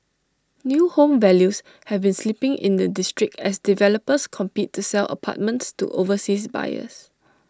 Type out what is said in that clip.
new home values have been slipping in the district as developers compete to sell apartments to overseas buyers